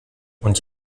und